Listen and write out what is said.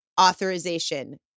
authorization